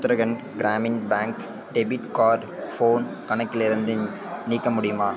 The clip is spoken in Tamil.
Uttarakhand Gramin bank debit card phone கணக்கிலிருந்து நீக்க முடியுமா